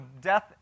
death